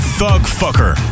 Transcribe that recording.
Thugfucker